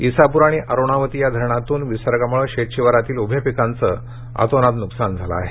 ईसापूर आणि अरुणावती या धरणातून विसर्गामुळे शेतशिवारातील उभ्या पिकाचं अतोनात नुकसान झाले आहे